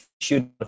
shoot